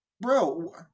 Bro